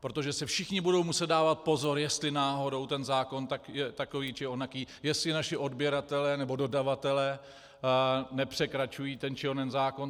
protože si všichni budou muset dávat pozor, jestli náhodou zákon takový či onaký, jestli naši odběratelé nebo dodavatelé nepřekračují ten či onen zákon.